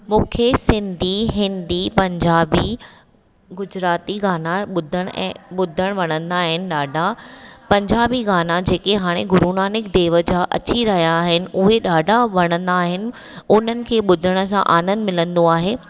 मूंखे सिंधी हिंदी पंजाबी गुजराती गाना ॿुधण ऐं ॿुधण वणंदा आहिनि ॾाढा पंजाबी गाना जेके हाणे गुरू नानक देव जा अची रहिया आहिनि उहे ॾाढा वणंदा आहिनि हुननि खे ॿुधण सां आनंद मिलंदो आहे